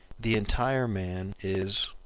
the entire man is,